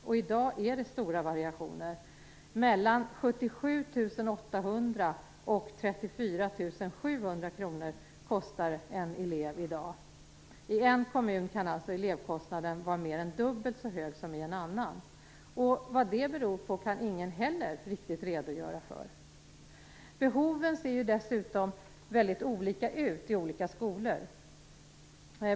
Och i dag är det stora variationer. Mellan 77 800 och 34 700 kr kostar en elev i dag. I en kommun kan alltså elevkostnaden vara mer än dubbelt så hög som i en annan, och vad det beror på kan ingen heller riktigt redogöra för. Behoven ser dessutom väldigt olika ut i olika skolor.